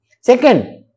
Second